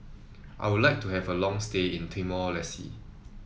I would like to have a long stay in Timor Leste